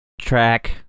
track